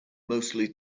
mostly